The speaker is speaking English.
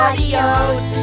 Adios